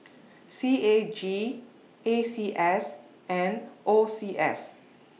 C A G A C S and O C S